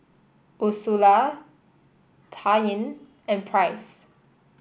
Ursula Taryn and Price